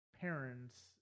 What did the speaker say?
parents